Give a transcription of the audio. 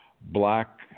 black